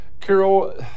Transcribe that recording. Carol